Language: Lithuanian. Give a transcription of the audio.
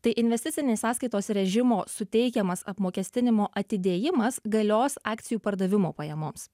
tai investicinės sąskaitos režimo suteikiamas apmokestinimo atidėjimas galios akcijų pardavimo pajamoms